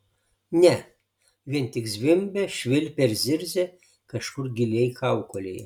ne vien tik zvimbė švilpė ir zirzė kažkur giliai kaukolėje